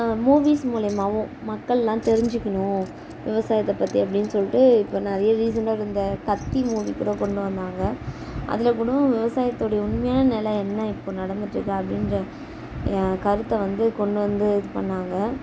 movies மூலியமாகவும் மக்கள்லாம் தெரிஞ்சிக்கணும் விவசாயத்தை பற்றி அப்படின்னு சொல்லிட்டு இப்போ நிறைய ரீசண்ட்டாக இந்த கத்தி மூவி கூட கொண்டு வந்தாங்க அதில் கூட விவசாயத்தோடைய உண்மையான நில என்ன இப்போது நடந்துட்டுருக்கு அப்படின்ற கருத்தை வந்து கொண்டு வந்து இது பண்ணாங்க